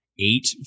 eight